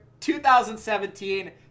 2017